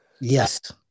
Yes